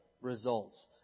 results